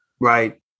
right